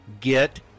get